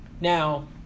Now